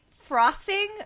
frosting